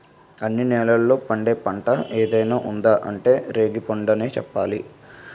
అన్ని నేలల్లో పండే పంట ఏదైనా ఉందా అంటే రేగిపండనే చెప్పాలి